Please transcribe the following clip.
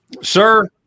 Sir